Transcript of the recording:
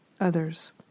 others